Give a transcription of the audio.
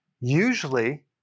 usually